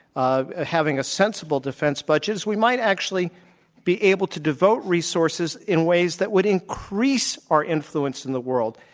ah having a sensible defense budget is we might actually be able to devote resources in ways that would increase our influence in the world.